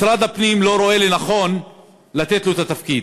משרד הפנים לא רואה לנכון לתת לו את התפקיד.